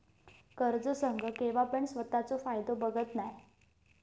कर्ज संघ केव्हापण स्वतःचो फायदो बघत नाय